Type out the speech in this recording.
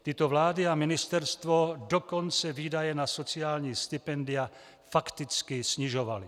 Tyto vlády a ministerstvo dokonce výdaje na sociální stipendia fakticky snižovaly.